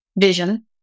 vision